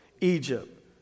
Egypt